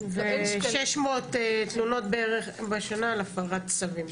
ו-600 תלונות בערך בשנה על הפרת צווים.